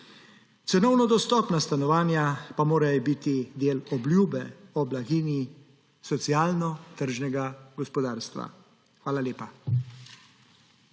Cenovno dostopna stanovanja pa morajo biti del obljube o blaginji socialno tržnega gospodarstva. Hvala lepa.